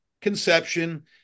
Conception